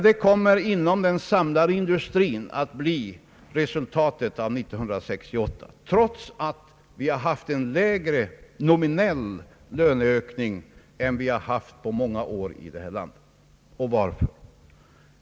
Detta kommer att bli resultatet av 1968 inom den samlade industrin, trots att det har skett en lägre nominell löneökning än som ägt rum under många år här i landet. Och varför?